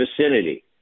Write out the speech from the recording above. vicinity